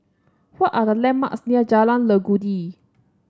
what are the landmarks near Jalan Legundi